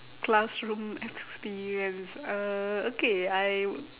classroom experience uh okay I would